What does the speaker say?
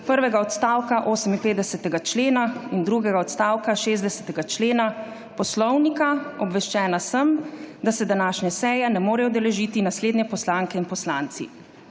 prvega odstavka 58. člena in drugega odstavka 60. člena Poslovnika. Obveščena sem, da se današnje seje ne morejo udeležiti naslednje poslanke in poslanci: